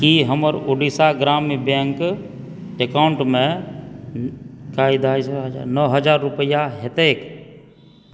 की हमर ओडिशा ग्राम्य बैंक अकाउंटमे एकाइ दहाइ सए हजार नओ हजार रूपैआ हेतैक